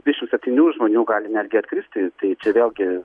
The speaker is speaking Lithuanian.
dvidešimt septynių žmonių gali netgi atkristi tai čia vėlgi